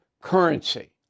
currency